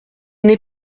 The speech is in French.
n’est